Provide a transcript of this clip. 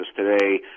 today